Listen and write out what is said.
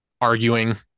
arguing